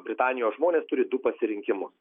britanijos žmonės turi du pasirinkimus